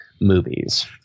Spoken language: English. movies